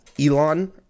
Elon